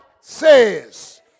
says